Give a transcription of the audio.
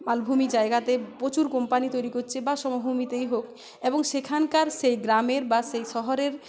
মালভূমি জায়গাতে প্রচুর কোম্পানি তৈরি করছে বা সমভূমিতেই হোক এবং সেখানকার সেই গ্রামের বা সেই শহরের